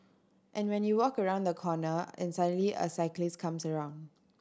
and when you walk around a corner and suddenly a cyclist comes around